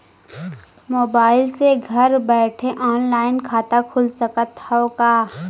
Mobile से घर बैठे ऑनलाइन खाता खुल सकत हव का?